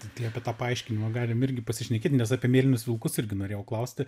tai apie tą paaiškinimą galim irgi pasišnekėt nes apie mėlynus vilkus irgi norėjau klausti